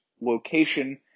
location